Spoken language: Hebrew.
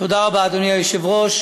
תודה רבה, אדוני היושב-ראש.